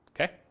Okay